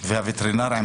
לגבי הווטרינר?